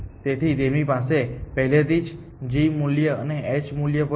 તેથી તેની પાસે પહેલેથી જ g મૂલ્ય અને h મૂલ્ય પણ છે